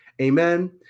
Amen